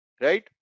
Right